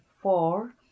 four